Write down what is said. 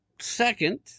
second